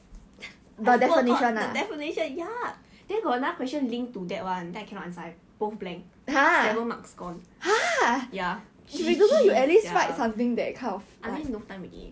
I forgot the definition ya then got another question linked to that [one] I cannot answer I both blank seven marks gone ya G_G ya I mean no time already